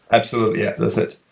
absolutely. yeah, that's it.